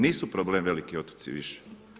Nisu problem veliki otoci više.